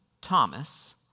Thomas